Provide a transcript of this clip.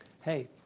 Hey